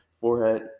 Forehead